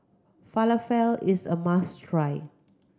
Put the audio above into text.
falafel is a must try